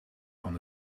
van